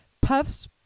puffs